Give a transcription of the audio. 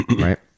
right